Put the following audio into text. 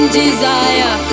desire